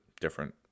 different